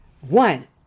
one